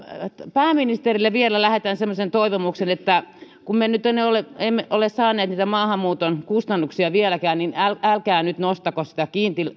pääministerille vielä lähetän semmoisen toivomuksen että kun me nyt emme ole saaneet niitä maahanmuuton kustannuksia vieläkään niin älkää nyt nostako sitä